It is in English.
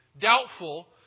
Doubtful